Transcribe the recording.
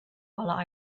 while